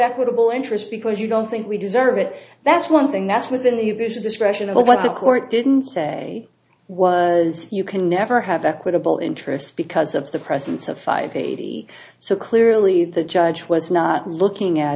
equitable interest because you don't think we deserve it that's one thing that's within the discretion of what the court didn't say was you can never have equitable interest because of the presence of five eighty so clearly the judge was not looking at